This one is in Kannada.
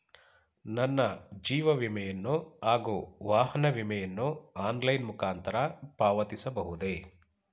ನನ್ನ ಜೀವ ವಿಮೆಯನ್ನು ಹಾಗೂ ವಾಹನ ವಿಮೆಯನ್ನು ಆನ್ಲೈನ್ ಮುಖಾಂತರ ಪಾವತಿಸಬಹುದೇ?